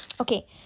Okay